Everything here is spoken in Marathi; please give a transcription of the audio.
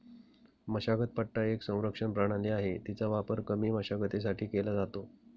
मशागत पट्टा एक संरक्षण प्रणाली आहे, तिचा वापर कमी मशागतीसाठी केला जातो